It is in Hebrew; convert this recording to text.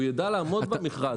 הוא יידע לעמוד במכרז,